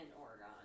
Oregon